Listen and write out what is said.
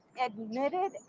admitted